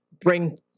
bring